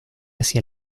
hacia